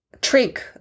trick